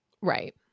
Right